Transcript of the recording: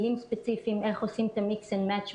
כלים ספציפיים אנחנו עושים תמיד את ה-mix and match ביניהם,